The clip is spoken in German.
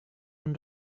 nun